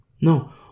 No